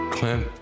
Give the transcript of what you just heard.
Clint